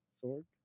Sword